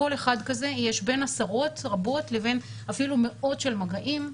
לכל אחד כזה יש בין עשרות רבות לבין אפילו מאות של מגעים.